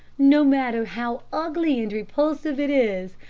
no matter how ugly and repulsive it is,